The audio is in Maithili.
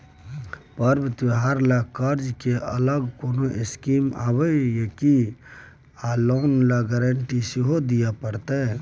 पर्व त्योहार ल कर्ज के अलग कोनो स्कीम आबै इ की आ इ लोन ल गारंटी सेहो दिए परतै?